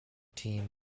team